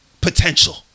potential